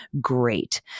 great